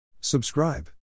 Subscribe